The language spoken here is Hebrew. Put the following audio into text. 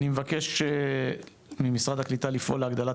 אני מבקש ממשרד הקליטה לפעול להגדלת